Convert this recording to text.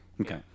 okay